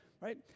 right